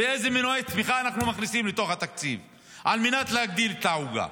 ואילו מנועי צמיחה אנחנו מכניסים לתוך התקציב על מנת להגדיל את העוגה,